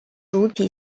主体